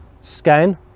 scan